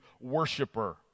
worshiper